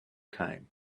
came